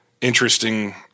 interesting